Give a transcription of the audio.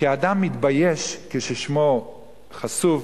כי אדם מתבייש כששמו חשוף,